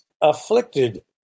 afflicted